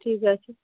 ঠিক আছে